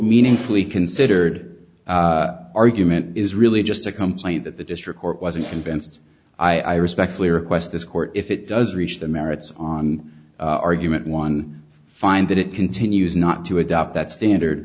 meaningfully considered argument is really just a complaint that the district court wasn't convinced i respectfully request this court if it does reach the merits on argument one find that it continues not to adopt that standard